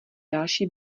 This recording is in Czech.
další